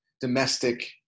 domestic